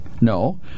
No